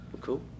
cool